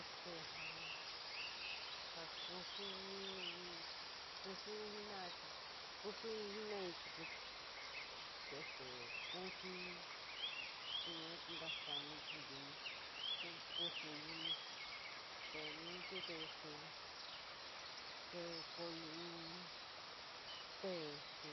Este ja, ja koson, kuso jenora chií, kusoii jenora chií pues este. Kuchií te yua te nasamairí te intuvii, kusoii te nu tuu te, te kori in te este